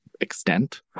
extent